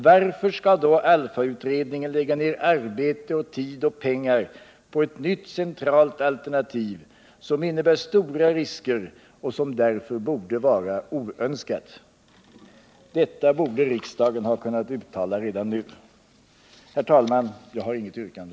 Varför skall då ALLFA-utredningen lägga ner arbete och pengar på ett nytt centralt alternativ som innebär stora risker och som därför borde vara oönskat? Detta borde riksdagen ha kunnat uttala redan nu. Herr talman! Jag har inget yrkande.